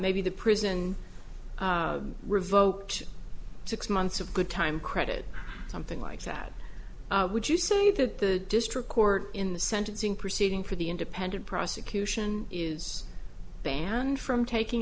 maybe the prison revoked six months of good time credit something like that would you say that the district court in the sentencing proceeding for the independent prosecution is banned from taking